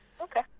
okay